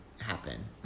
happen